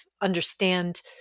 understand